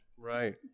Right